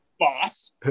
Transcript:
boss